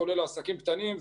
כולל לעסקים קטנים,